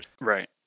Right